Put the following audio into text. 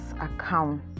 account